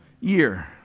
year